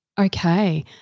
Okay